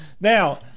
Now